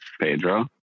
Pedro